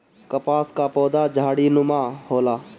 कपास कअ पौधा झाड़ीनुमा होला